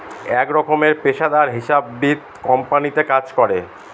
এক রকমের পেশাদার হিসাববিদ কোম্পানিতে কাজ করে